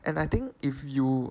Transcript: and I think if you